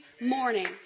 morning